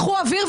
קחו אוויר,